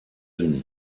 unis